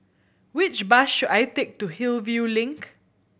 which bus should I take to Hillview Link